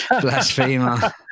Blasphemer